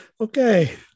okay